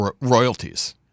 royalties